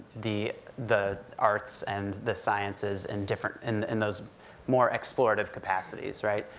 the the arts and the sciences, and different, and in those more explorative capacities, right?